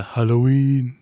Halloween